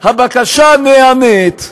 הבקשה נענית,